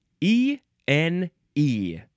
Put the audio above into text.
E-N-E